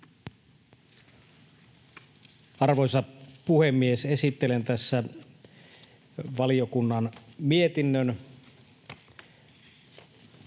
Arvoisa puhemies! Esittelen tässä valiokunnan mietinnön.